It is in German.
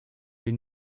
den